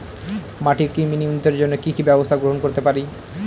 মাটির কৃমি নিয়ন্ত্রণের জন্য কি কি ব্যবস্থা গ্রহণ করতে পারি?